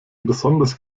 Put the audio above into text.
besonders